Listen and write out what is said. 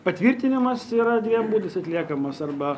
patvirtinimas yra dviem būdais atliekamas arba